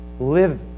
Live